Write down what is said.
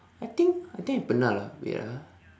I think I think I pernah lah wait ah